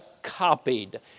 copied